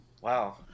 Wow